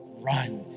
run